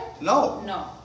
No